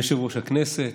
אדוני יושב-ראש הכנסת,